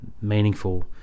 meaningful